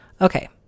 Okay